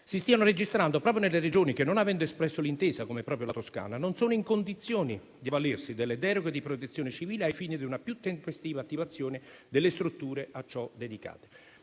si stiano registrando proprio nelle Regioni che, non avendo espresso l'intesa come proprio la Toscana, non sono in condizioni di avvalersi delle deroghe di protezione civile ai fini di una più tempestiva attivazione delle strutture a ciò dedicate.